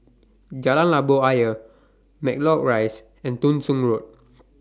Jalan Labu Ayer Matlock Rise and Thong Soon Road